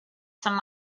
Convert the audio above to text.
some